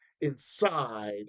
inside